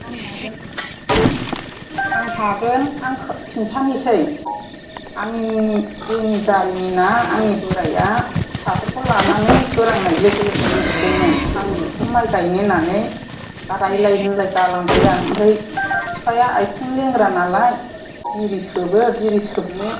आं हागोन आं हागोन आं खिन्थानिसै आंनि जिउनि जारिमिनआ आंनि बोराइआ फिसाफोरखौ लानानै सोरांनाय लोगो लोगो उन्दुदोंमोन आं बेखौ माइ गायनो होननानै रायज्लाय होनलाय गालांबाय आं आमफ्राय बिफाया आथिं लेंग्रानालाय बिरि सोबो बिरि सोबनो